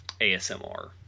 asmr